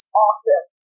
awesome